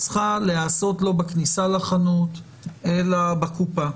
צריכה להיעשות לא בכניסה לחנות אלא בקופה.